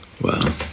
Wow